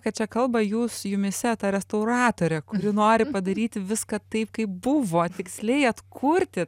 kad čia kalba jūs jumyse ta restauratorė kuri nori padaryti viską taip kaip buvo tiksliai atkurti